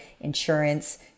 insurance